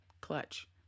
Clutch